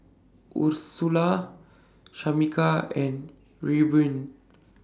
Ursula Shamika and Reubin